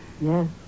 Yes